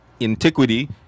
antiquity